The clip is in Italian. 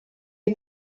hai